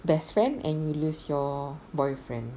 best friend and you lose your boyfriend